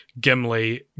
Gimli